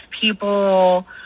people